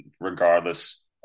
regardless